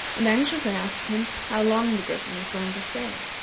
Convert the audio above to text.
and anxiously asked him how long the griffin was going to stay.